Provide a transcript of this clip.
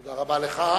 תודה רבה לך,